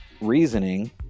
reasoning